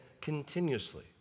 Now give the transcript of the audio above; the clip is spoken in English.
continuously